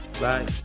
Bye